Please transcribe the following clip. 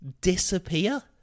disappear